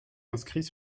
inscrits